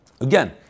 Again